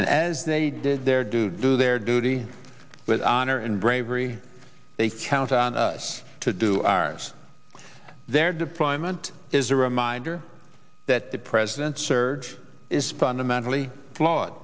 and as they did their do do their duty with honor and bravery they count on us to do ours their deployment is a reminder that the president's surge is fundamentally flawed